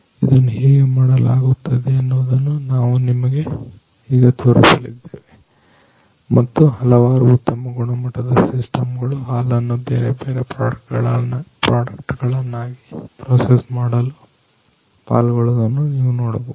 ಇದನ್ನು ಹೇಗೆ ಮಾಡಲಾಗುತ್ತದೆ ಎನ್ನುವುದನ್ನು ನಾವು ನಿಮಗೆ ಈಗ ತೋರಿಸಲಿದ್ದೇವೆ ಮತ್ತು ಹಲವಾರು ಉತ್ತಮ ಗುಣಮಟ್ಟದ ಸಿಸ್ಟಮ್ ಗಳು ಹಾಲನ್ನ ಬೇರೆ ಬೇರೆ ಪ್ರಾಡಕ್ಟ್ ಗಳನ್ನಾಗಿ ಪ್ರೋಸೆಸ್ ಮಾಡಲು ಪಾಲ್ಗೊಳ್ಳುವುದನ್ನು ನೀವು ನೋಡಬಹುದು